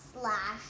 slash